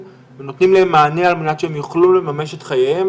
ונותנים להם מענה על מנת שהם יוכלו לממש את חייהם,